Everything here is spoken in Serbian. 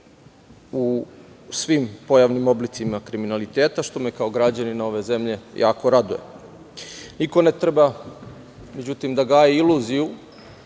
u svim pojavnim oblicima kriminaliteta, što me kao građanina ove zemlje jako raduje.Međutim, niko ne treba da gaji iluziju